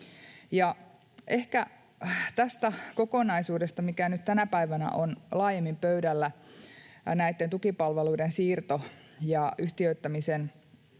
Ehkä tästä kokonaisuudesta, mikä nyt tänä päivänä on laajemmin pöydällä — näiden tukipalveluiden siirto ja yhtiöittämisen